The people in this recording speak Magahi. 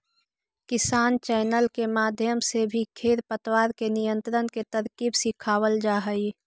किसान चैनल के माध्यम से भी खेर पतवार के नियंत्रण के तरकीब सिखावाल जा हई